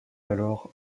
alors